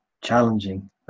challenging